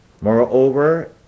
Moreover